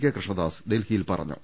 K Krishnadas ഡൽഹിയിൽ പറഞ്ഞു